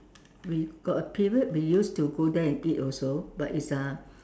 we got a period we used to go there and eat also but it's uh